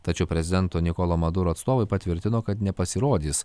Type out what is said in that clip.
tačiau prezidento nikolo madoro atstovai patvirtino kad nepasirodys